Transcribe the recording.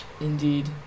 Indeed